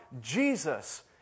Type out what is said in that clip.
Jesus